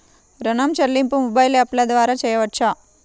ఋణం చెల్లింపు మొబైల్ యాప్ల ద్వార చేయవచ్చా?